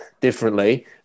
differently